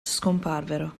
scomparvero